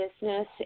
business